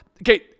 Okay